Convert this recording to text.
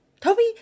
Toby